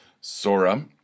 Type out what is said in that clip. Sora